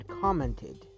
commented